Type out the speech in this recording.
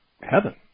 heaven